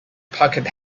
pocket